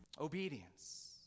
Obedience